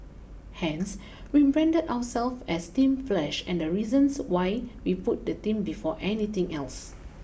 Hence we branded ourselves as Team Flash and the reasons why we put the team before anything else